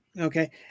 Okay